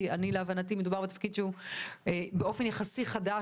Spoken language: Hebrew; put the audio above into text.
כי להבנתי מדובר בתפקיד שהוא באופן יחסי חדש,